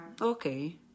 Okay